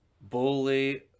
bully